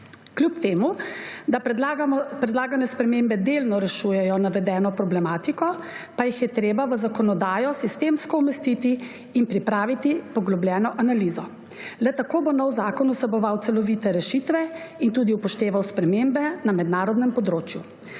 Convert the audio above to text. Kljub temu da predlagane spremembe delno rešujejo navedeno problematiko, jih je treba v zakonodajo sistemsko umestiti in pripraviti poglobljeno analizo. Le tako bo nov zakon vseboval celovite rešitve in tudi upošteval spremembe na mednarodnem področju.